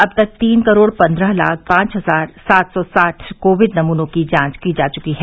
अब तक तीन करोड़ पंद्रह लाख पांच हजार सात सौ साठ कोविड नमूनों की जांच की जा च्की है